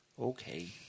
Okay